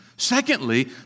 Secondly